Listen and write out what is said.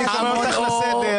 אני קורא אותך לסדר.